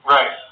Right